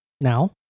now